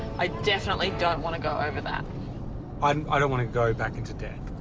i definitely don't want to go over that. i'm i don't want to go back into debt.